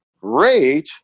great